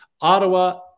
Ottawa